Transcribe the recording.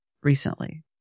recently